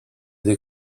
des